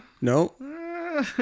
no